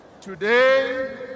Today